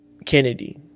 Kennedy